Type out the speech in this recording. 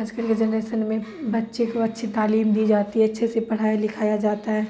آج کل کے جنریسن میں بچے کو اچھی تعلیم دی جاتی ہے اچھے سے پڑھایا لکھایا جاتا ہے